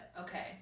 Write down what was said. Okay